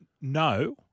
no